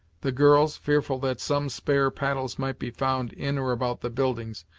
the girls, fearful that some spare paddles might be found in or about the buildings,